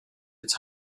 its